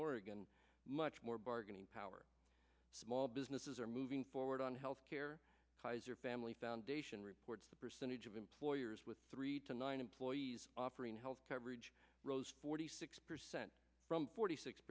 oregon much more bargaining power small businesses are moving forward on health care ties or family foundation reports the percentage of employers with three to nine employees offering health coverage rose forty six percent from forty six